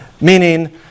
Meaning